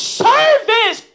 service